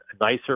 nicer